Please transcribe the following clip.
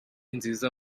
nziza